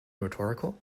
rhetorical